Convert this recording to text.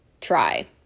try